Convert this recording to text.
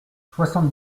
soixante